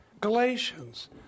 Galatians